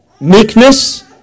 Meekness